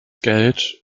geld